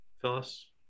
Phyllis